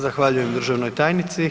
Zahvaljujem državnoj tajnici.